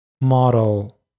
model